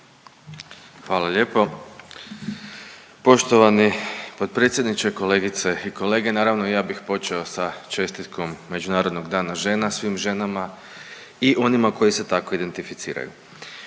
Hvala lijepo. Poštovani potpredsjedniče, kolegice i kolege naravno ja bih počeo sa čestitkom Međunarodnog dana žena svim ženama i onima koji se tako identificiraju.